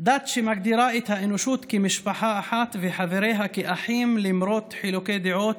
דת שמגדירה את האנושות כמשפחה אחת ואת חבריה כאחים למרות חילוקי דעות,